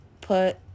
put